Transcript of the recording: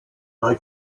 drei